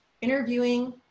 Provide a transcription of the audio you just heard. interviewing